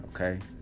Okay